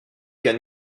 qu’un